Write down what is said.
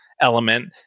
element